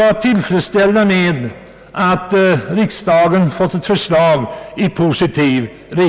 vara tillfredsställda med att riksdagen fått ett förslag i positiv anda.